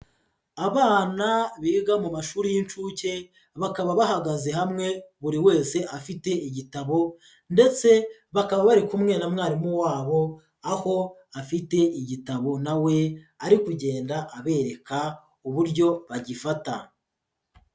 Abana biga mu mashuri y'inshuke, bakaba bahagaze hamwe buri wese afite igitabo ndetse bakaba bari kumwe na mwarimu wabo, aho afite igitabo nawe ari kugenda abereka uburyo bagifata.